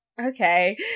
okay